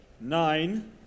Nine